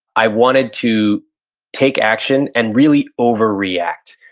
i wanted to take action and really overreact.